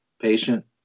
patient